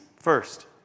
First